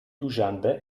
duschanbe